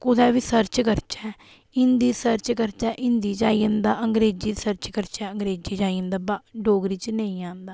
कुदै बी सर्च करचै हिन्दी सर्च करचै हिन्दी च आई जन्दा अंग्रेजी च सर्च करचै अंग्रेजी च आई जन्दा बा डोगरी च नेईं आंदा